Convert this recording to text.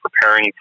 preparing